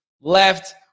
left